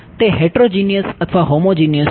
તે હેટ્રોજીનીયસ છે